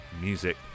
music